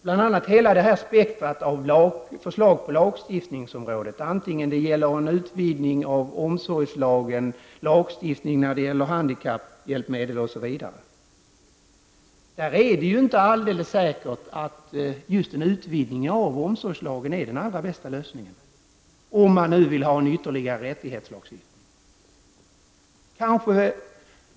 I fråga om hela spektrat av förslag på lagstiftningsområdet -- antingen det gäller en utvidgning av omsorgslagen, lagstiftning när det gäller handikapphjälpmedel eller något annat -- är det ju inte alldeles säkert att just en utvidgning av omsorgslagen är den allra bästa lösningen, om man nu vill ha en ytterligare rättighetslagstiftning.